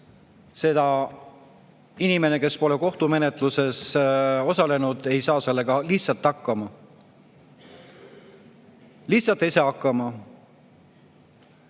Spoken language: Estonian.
– inimene, kes pole kohtumenetluses osalenud, ei saa sellega lihtsalt hakkama. Lihtsalt ei saa hakkama.